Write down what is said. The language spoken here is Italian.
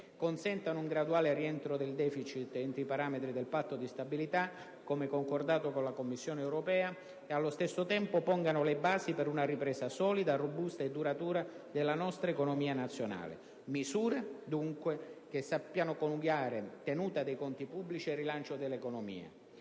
consentano un graduale rientro del deficit entro i parametri del patto di stabilità, come concordato con la Commissione europea, e allo stesso tempo pongano le basi per una ripresa solida, robusta e duratura della nostra economia nazionale. Misure, dunque, che sappiano coniugare tenuta dei conti pubblici e rilancio dell'economia.